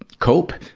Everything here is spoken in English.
cope.